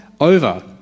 over